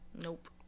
Nope